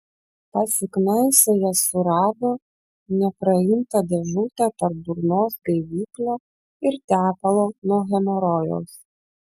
pasiknaisiojęs surado nepraimtą dėžutę tarp burnos gaiviklio ir tepalo nuo hemorojaus